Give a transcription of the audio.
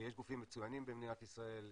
יש גופים מצוינים במדינת ישראל,